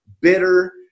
bitter